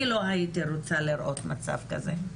אני לא הייתי רוצה לראות מצב כזה.